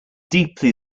deeply